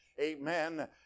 Amen